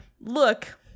look